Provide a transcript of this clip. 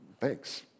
thanks